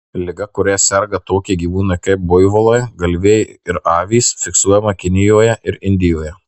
liga kuria serga tokie gyvūnai kaip buivolai galvijai ir avys fiksuojama kinijoje ir indijoje